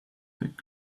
thick